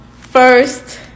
first